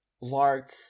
Lark